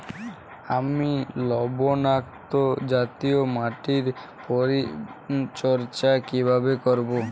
আমি লবণাক্ত জাতীয় মাটির পরিচর্যা কিভাবে করব?